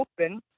open